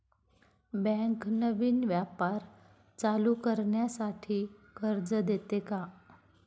Bank नवीन व्यापार चालू करण्यासाठी कर्ज देते का?